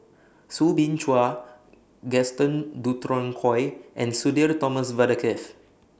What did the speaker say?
Soo Bin Chua Gaston Dutronquoy and Sudhir Thomas Vadaketh